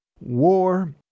war